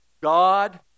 God